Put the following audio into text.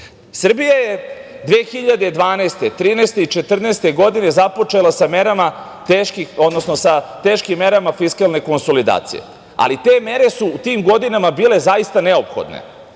je 2012, 2013. i 2014. godine započela sa teškim merama fiskalne konsolidacije, ali te mere su u tim godinama bile zaista neophodne